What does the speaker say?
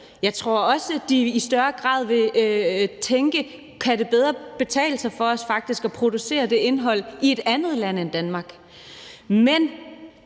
Jeg tror også, at de i højere grad vil tænke på, om det bedre kan betale sig for dem faktisk at producere det indhold i et andet land end Danmark. Men